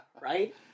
Right